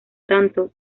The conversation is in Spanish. tanto